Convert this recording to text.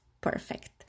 perfect